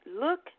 look